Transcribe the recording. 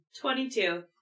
Twenty-two